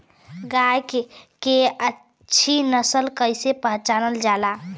गाय के अच्छी नस्ल कइसे पहचानल जाला?